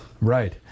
right